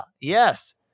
yes